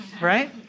right